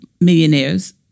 millionaires